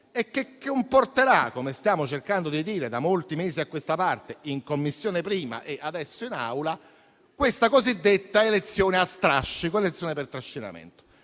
e che comporterà, come stiamo cercando di dire da molti mesi a questa parte, in Commissione prima e adesso in Aula, questa cosiddetta elezione a strascico o elezione per trascinamento.